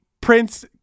Prince